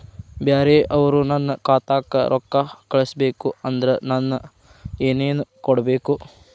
ಬ್ಯಾರೆ ಅವರು ನನ್ನ ಖಾತಾಕ್ಕ ರೊಕ್ಕಾ ಕಳಿಸಬೇಕು ಅಂದ್ರ ನನ್ನ ಏನೇನು ಕೊಡಬೇಕು?